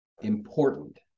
important